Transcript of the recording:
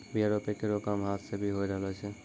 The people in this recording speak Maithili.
बीया रोपै केरो काम हाथ सें भी होय रहलो छै